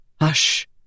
hush